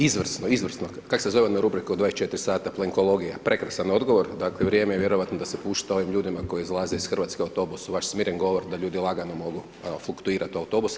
Izvrsno, izvrsno, kako se zove ona rubrika u 24 Sata, Plenkologija, prekrasan odgovor, dakle, vrijeme je vjerojatno da se pušta ovim ljudima koji izlaze iz RH autobusom, vaš smiren govor, da ljudi lagano mogu, evo fluktuirati autobusa.